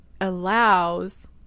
allows